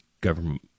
government